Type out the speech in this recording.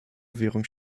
währung